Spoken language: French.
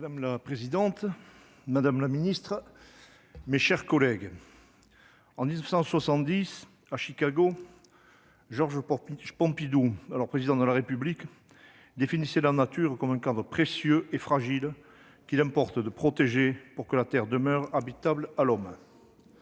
Madame la présidente, madame la secrétaire d'État, mes chers collègues, en 1970, à Chicago, Georges Pompidou, alors Président de la République, définissait la nature « comme un cadre précieux et fragile qu'il importe de protéger pour que la Terre demeure habitable à l'homme